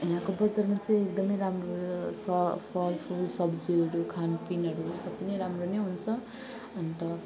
यहाँको बजारमा चाहिँ एकदमै राम्रो स फलफुल सब्जीहरू खानपिनहरू सब नै राम्रो नै हुन्छ अन्त